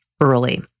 early